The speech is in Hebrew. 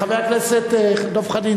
חבר הכנסת דב חנין,